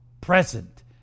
present